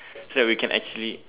so we can actually